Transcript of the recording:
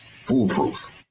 foolproof